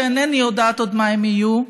שאינני יודעת עוד מה הן יהיו,